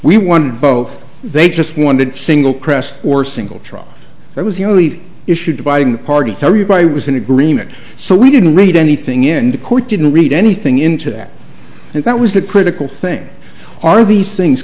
we won both they just wanted single crest or single drop that was the only issue dividing the parties everybody was in agreement so we didn't read anything in the court didn't read anything into that and that was the critical thing are these things